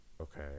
okay